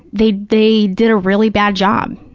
they they did a really bad job.